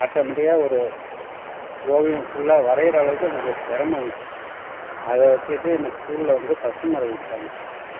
ஆட்டோமெட்டிக்காக ஒரு ஓவியம் ஃபுல்லா வரைகிற அளவுக்கு எனக்கு திறம வந்துட்டு அதை வச்சுக்கிட்டு என்ன ஸ்கூல்ல வந்து ஃபர்ஸ்ட்டு மார்க்கு கொடுத்தாங்க